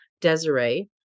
Desiree